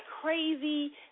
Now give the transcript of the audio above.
crazy